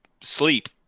sleep